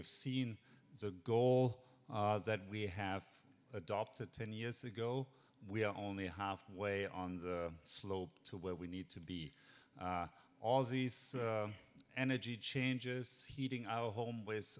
have seen the goal that we have adopted ten years ago we are only halfway on the slope to where we need to be all these energy changes heating our home with